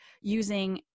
using